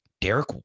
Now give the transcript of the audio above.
Derek